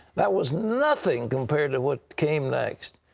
that was nothing compared to what came next.